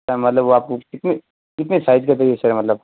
मतलब वो आपको कितने कितने साइज़ का चाहिए सर मतलब